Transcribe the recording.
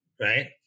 right